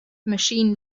machine